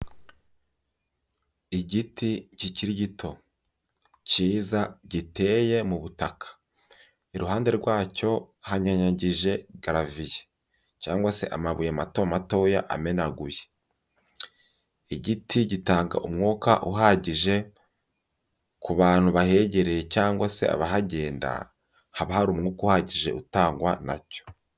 Igiti kikiri gito, cyiza giteye mu butaka, iruhande rwacyo hanyanyagije garaviye cyangwa se amabuye mato matoya amenaguye, igiti gitanga umwuka uhagije ku bantu bahegereye cyangwa se abahagenda, haba hari umwuka uhagije utangwa na cyo.